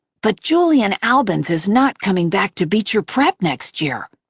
but julian albans is not coming back to beecher prep next year.